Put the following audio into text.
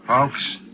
Folks